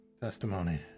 testimony